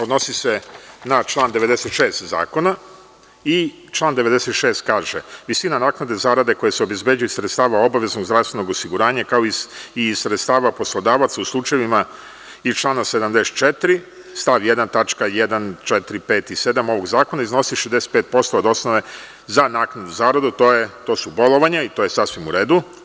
Odnosi se na član 96. zakona i član 96. kaže – visina naknade zarade koja se obezbeđuje iz sredstava obaveznog zdravstvenog osiguranja, kao i iz sredstava poslodavaca u slučajevima iz člana 74. stav 1. tačke 1, 4, 5. i 7. ovog zakona iznosi 65% od osnove za naknadu zarade, a to su bolovanja i to je sasvim u redu.